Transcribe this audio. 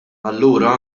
allura